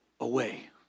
away